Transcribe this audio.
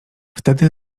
wtedy